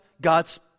God's